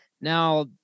Now